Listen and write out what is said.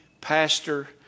pastor